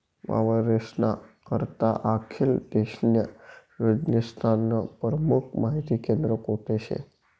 वावरेस्ना करता आखेल देशन्या योजनास्नं परमुख माहिती केंद्र कोठे शे?